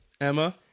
Emma